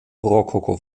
rokoko